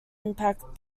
impact